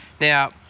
Now